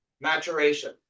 maturation